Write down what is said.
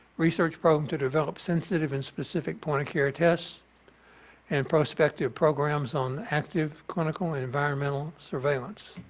research program to develop sensitive and specific point-of-care tests and prospective programs on active clinical environmental surveillance.